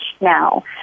now